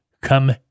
come